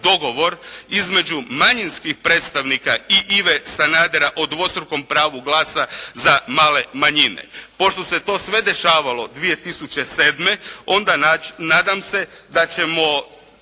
između manjinskih predstavnika i Ive Sanadera o dvostrukom pravu glasa za male manjine. Pošto se sve to dešavalo 2007. onda nadam se da ćemo